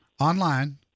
online